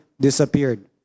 disappeared